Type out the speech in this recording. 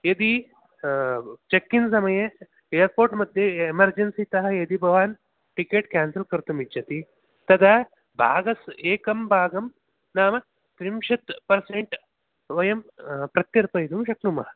यदि check in समये airport मध्ये एमर्जेन्सितः यदि भवान् टिकेट् केन्सल् कर्तुम् इच्छति तदा भाग एकं भागं नाम त्रिंशत् पर्सेण्ट् वयं प्रत्यर्पयितुं शक्नुमः